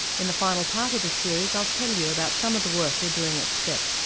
in the final part of this series i'll tell you about some of the work we're doing at step.